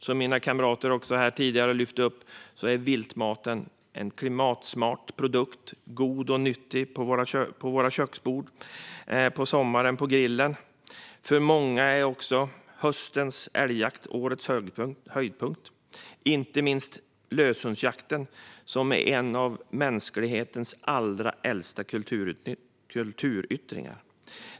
Som mina kamrater här tidigare har lyft fram är viltmaten en klimatsmart produkt. Den är god och nyttig på våra köksbord och på sommaren på grillen. För många är också höstens älgjakt årets höjdpunkt. Inte minst gäller det löshundsjakten, som är en av mänsklighetens allra äldsta kulturyttringar.